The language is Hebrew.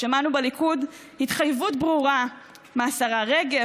שמענו בליכוד התחייבות ברורה מהשרה רגב,